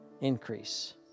Increase